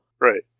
Right